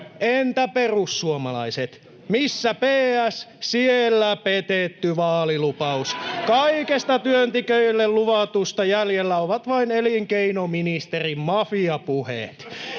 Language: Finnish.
Entä perussuomalaiset? Missä PS, siellä petetty vaalilupaus. [Välihuutoja — Naurua] Kaikesta työntekijöille luvatusta jäljellä ovat vain elinkeinoministerin mafiapuheet.